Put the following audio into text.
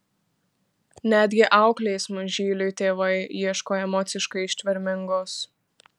netgi auklės mažyliui tėvai ieško emociškai ištvermingos